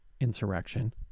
insurrection